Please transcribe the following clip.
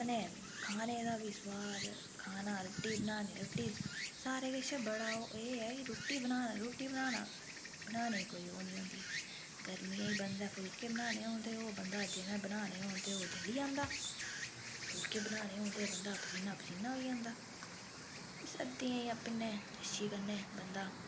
कन्नै खाने दा बी सोआद खाना रुट्टी बनानी रुट्टी सारे कशा बड़ा ओह् एह् ऐ कि रुट्टी बनाना रुट्टी बनाना बनाने गी कोई ओह् नी ऐ गर्मियें च बंदा फुलके बनाने होन ते ओह् बंदा जिस ने बनाने होन तां ओह् बंदा जली जंदा फुलके बनाने होन तां बंदा पसीना पसीना होई जंदा सर्दियें च अपने देसी कन्नै बंदा